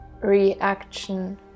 reaction